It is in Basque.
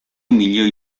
milioi